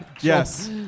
Yes